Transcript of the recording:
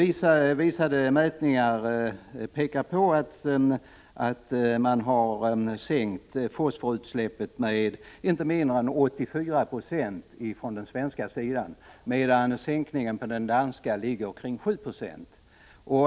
Gjorda mätningar visar att fosforutsläppen minskat med inte mindre än 84 90 på den svenska sidan, medan minskningen på den danska sidan ligger omkring 790.